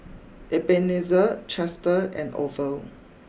Ebenezer Chester and Orvel